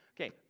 Okay